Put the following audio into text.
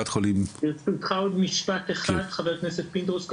ברשותך עוד משפט אחד, חבר הכנסת פינדרוס.